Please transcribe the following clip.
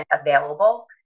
available